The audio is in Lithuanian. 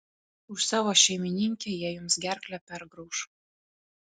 už savo šeimininkę jie jums gerklę pergrauš